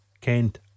Kent